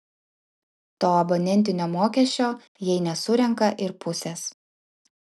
to abonentinio mokesčio jei nesurenka ir pusės